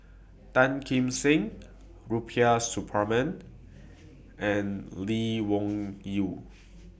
Tan Kim Seng Rubiah Suparman and Lee Wung Yew